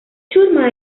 ciurma